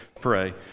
pray